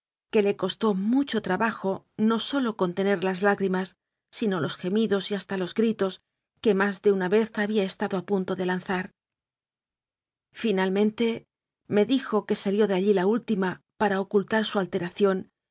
que le costó mucho trabajo no sólo contener las lágri mas sino los gemidos y hasta los gritos que más de una vez había estado a punto de lanzar final mente me dijo que salió de allí la última para ocultar su alteración